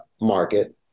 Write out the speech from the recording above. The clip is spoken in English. market